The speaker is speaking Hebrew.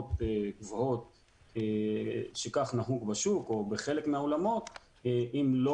מקדמות גבוהות - שכך נהוג בשוק או בחלק מהאולמות - שאם לא